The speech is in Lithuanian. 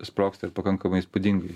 sprogsta ir pakankamai įspūdingai